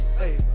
hey